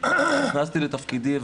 נכנסתי לתפקידי,